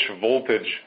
voltage